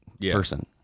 person